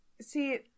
see